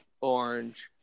orange